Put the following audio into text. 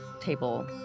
table